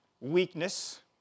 weakness